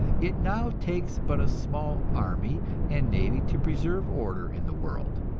it now takes but a small army and navy to preserve order in the world.